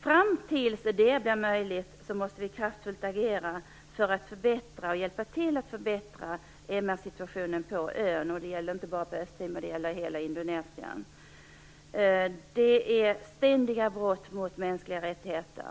Fram till dess att det blir möjligt måste vi kraftfullt agera för att förbättra och hjälpa till att förbättra MR situationen på ön. Det gäller inte bara Östtimor, utan hela Indonesien. Det sker ständiga brott mot mänskliga rättigheter.